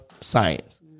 science